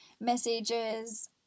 messages